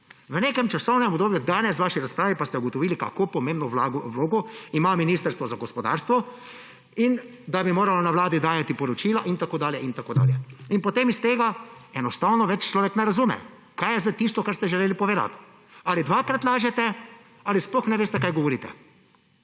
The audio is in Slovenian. V nekem časovnem obdobju danes v vaši razpravi pa ste ugotovili, kako pomembno vlogo ima Ministrstvo za gospodarstvo in da bi moralo na vladi dajati poročila in tako dalje in tako dalje. In potem iz tega enostavno več človek ne razume, kaj je zdaj tisto, kar ste želeli povedati: ali dvakrat lažete ali sploh ne veste, kaj govorite.